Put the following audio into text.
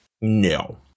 no